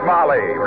Molly